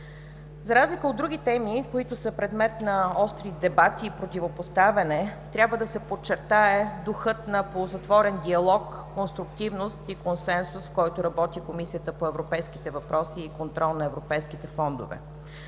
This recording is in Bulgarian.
За разлика от други теми, които са предмет на остри дебати и противопоставяне, трябва да се подчертае духът на ползотворен диалог, конструктивност и консенсус, в който работи Комисията по европейските въпроси и контрол на европейските фондове.